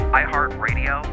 iHeartRadio